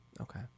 Okay